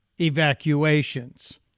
evacuations